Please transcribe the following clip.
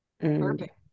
Perfect